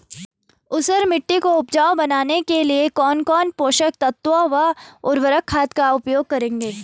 ऊसर मिट्टी को उपजाऊ बनाने के लिए कौन कौन पोषक तत्वों व उर्वरक खाद का उपयोग करेंगे?